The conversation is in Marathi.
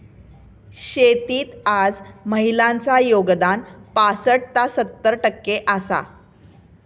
शेतीत आज महिलांचा योगदान पासट ता सत्तर टक्के आसा